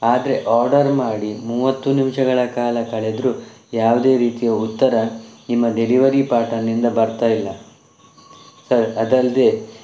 ಆದರೆ ಆರ್ಡರ್ ಮಾಡಿ ಮೂವತ್ತು ನಿಮಿಷಗಳ ಕಾಲ ಕಳೆದರೂ ಯಾವುದೇ ರೀತಿಯ ಉತ್ತರ ನಿಮ್ಮ ಡೆಲಿವರಿ ಪಾರ್ಟ್ನರ್ನಿಂದ ಬರ್ತಾ ಇಲ್ಲ ಸರ್ ಅದಲ್ಲದೆ